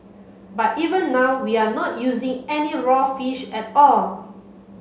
but even now we are not using any raw fish at all